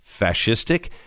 fascistic